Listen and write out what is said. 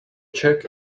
check